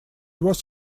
was